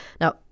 Now